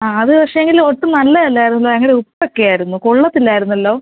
ആ അത് പക്ഷേ എങ്കിൽ ഒട്ടും നല്ലതല്ലായിരുന്നു ഭയങ്കര ഉപ്പ് ഒക്കെ ആയിരുന്നു കൊള്ളത്തില്ലായിരുന്നല്ലോ